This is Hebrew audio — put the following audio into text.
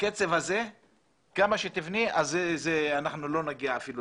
בקצב הזה לא נגיע אפילו